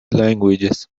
languages